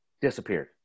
disappeared